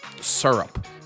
syrup